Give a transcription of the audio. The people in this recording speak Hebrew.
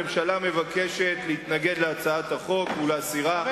הממשלה מבקשת להתנגד להצעת החוק ולהסירה מסדר-היום.